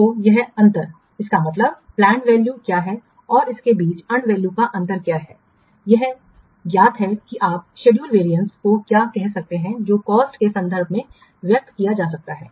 तो यह अंतर इसका मतलब हैपलैंड वैल्यू क्या है और इसके बीच अर्नड वैल्यू का अंतर क्या है यह ज्ञात है कि आप शेड्यूल वैरियेंस को क्या कह सकते हैं जो कॉस्ट के संदर्भ में व्यक्त किया जा सकता है